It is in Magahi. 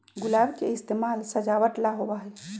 गुलाब के इस्तेमाल सजावट ला होबा हई